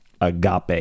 agape